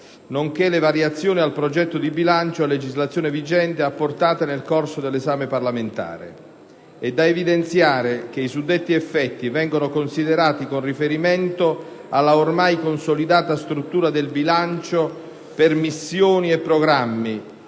nonché le variazioni al progetto di bilancio a legislazione vigente apportate nel corso dell'esame parlamentare. È da evidenziare che i suddetti effetti vengono considerati con riferimento alla ormai consolidata struttura del bilancio per missioni e programmi